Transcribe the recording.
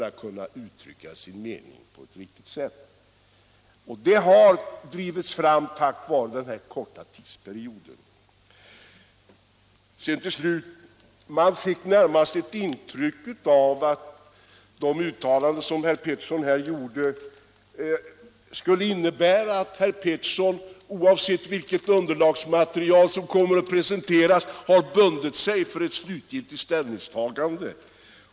Av de uttalanden som herr Petersson här gjorde fick man närmast det intrycket att herr Petersson, oavsett vilket underlagsmaterial som kommer att presenteras, redan nu har bundit sig för ett slutgiltigt ställningstagande.